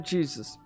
Jesus